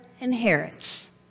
inherits